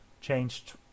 changed